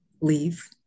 leave